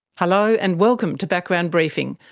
hello and welcome to background briefing.